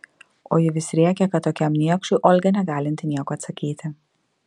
o ji vis rėkė kad tokiam niekšui olga negalinti nieko atsakyti